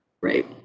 Right